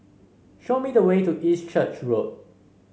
show me the way to East Church Road